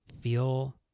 feel